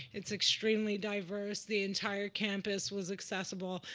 it's extremely diverse. the entire campus was accessible.